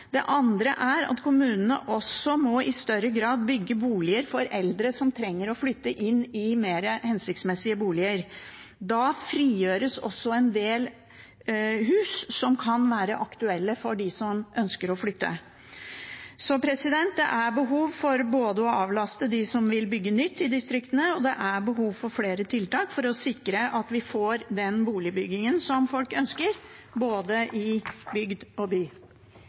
Det andre er at kommunene i større grad også må bygge boliger for eldre som trenger å flytte inn i mer hensiktsmessige boliger. Da frigjøres også en del hus som kan være aktuelle for dem som ønsker å flytte. Det er både behov for å avlaste de som vil bygge nytt i distriktene, og behov for flere tiltak, for å sikre at vi får den boligbyggingen folk ønsker – i både bygd og by.